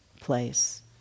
place